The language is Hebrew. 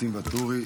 ניסים ואטורי,